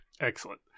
Excellent